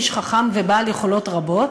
איש חכם ובעל יכולות רבות,